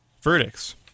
verdicts